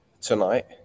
tonight